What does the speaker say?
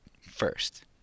first